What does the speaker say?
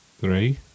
three